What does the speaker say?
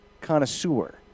connoisseur